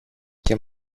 και